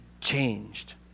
changed